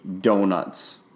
donuts